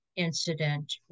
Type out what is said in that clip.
incident